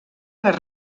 les